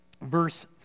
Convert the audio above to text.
verse